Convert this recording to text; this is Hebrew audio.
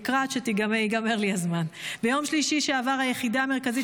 אקרא עד שייגמר לי הזמן: ביום שלישי שעבר היחידה המרכזית